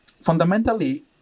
fundamentally